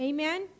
Amen